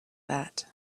that